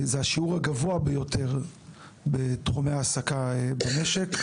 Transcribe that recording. זה השיעור הגבוה ביותר בתחומי ההעסקה במשק.